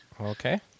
Okay